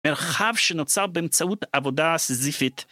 מרחב שנוצר באמצעות עבודה סזיפית.